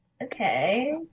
Okay